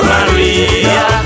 Maria